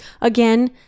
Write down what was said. again